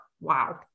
Wow